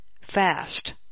fast